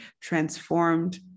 transformed